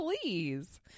Please